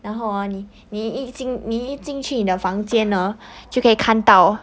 然后啊你你一进你一进去你的房间 orh 就可以看到